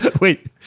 Wait